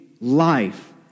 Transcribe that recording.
life